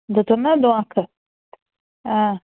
دیُتُن نہ دھونٛکھٕ